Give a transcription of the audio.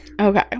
Okay